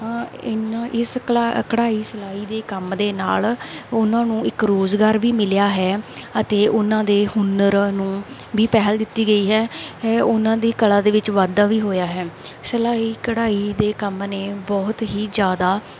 ਇੰਨਾ ਇਸ ਕਲਾ ਕਢਾਈ ਸਿਲਾਈ ਦੇ ਕੰਮ ਦੇ ਨਾਲ ਉਹਨਾਂ ਨੂੰ ਇੱਕ ਰੋਜ਼ਗਾਰ ਵੀ ਮਿਲਿਆ ਹੈ ਅਤੇ ਉਹਨਾਂ ਦੇ ਹੁਨਰ ਨੂੰ ਵੀ ਪਹਿਲ ਦਿੱਤੀ ਗਈ ਹੈ ਉਹਨਾਂ ਦੀ ਕਲਾ ਦੇ ਵਿੱਚ ਵਾਧਾ ਵੀ ਹੋਇਆ ਹੈ ਸਿਲਾਈ ਕਢਾਈ ਦੇ ਕੰਮ ਨੇ ਬਹੁਤ ਹੀ ਜ਼ਿਆਦਾ